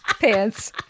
pants